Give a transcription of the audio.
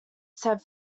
said